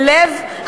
אל לב החקיקה,